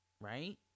Right